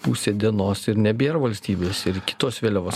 pusė dienos ir nebėr valstybės ir kitos vėliavos